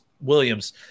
Williams